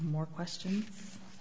more question